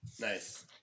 Nice